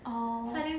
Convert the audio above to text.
orh